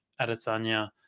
adesanya